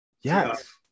Yes